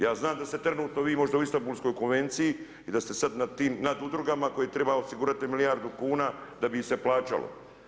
Ja znam da ste trenutno vi možda u Istanbulskoj konvenciji i da ste sad nad udrugama koje triba osigurati milijardu kuna da bi im se plaćalo.